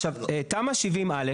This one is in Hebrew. עכשיו, תמ"א 70(א)